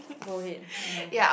go ahead